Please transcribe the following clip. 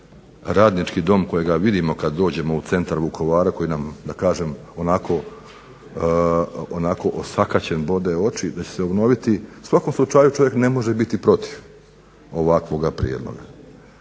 Radnički dom kojega vidimo kad dođemo u centar Vukovara koji nam da kažem onako osakaćen bode oči, da će se obnoviti. U svakom slučaju čovjek ne može biti protiv ovakvoga prijedloga.